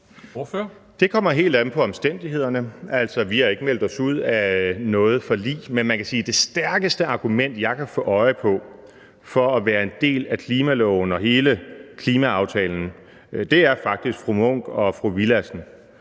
Det kommer helt an på omstændighederne. Altså, vi har ikke meldt os ud af noget forlig. Men man kan sige, at det stærkeste argument, jeg kan få øje på, for at være en del af klimaloven og hele klimaaftalen, faktisk er fru Signe Munk og fru Mai Villadsen.